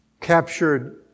captured